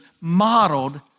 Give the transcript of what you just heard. modeled